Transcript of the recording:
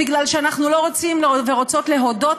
כי אנחנו לא רוצים ולא רוצות להודות